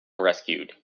rescued